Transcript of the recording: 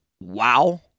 Wow